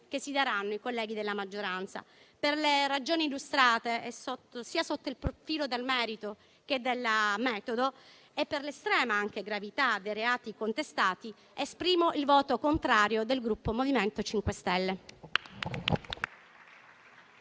che si daranno i colleghi della maggioranza. Per le ragioni illustrate, sia sotto il profilo del merito che del metodo, e per l'estrema gravità dei reati contestati, esprimo il voto contrario del Gruppo MoVimento 5 Stelle.